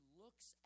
looks